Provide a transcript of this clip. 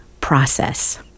process